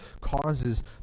causes